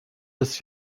dass